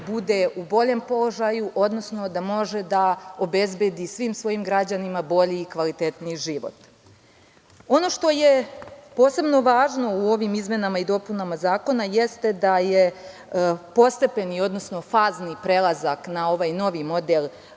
bude u boljem položaju, odnosno da može da obezbedi svim svojim građanima bolji i kvalitetniji život. Ono što je posebno važno u ovim izmenama i dopunama zakona jeste da se postepeni odnosno fazni prelazak na ovaj novi model